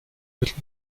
mittel